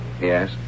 Yes